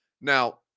Now